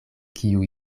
kiu